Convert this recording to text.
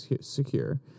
secure